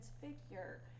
figure